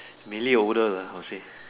mainly older lah I'll say